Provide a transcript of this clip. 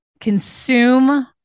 consume